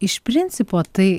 iš principo tai